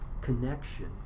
connection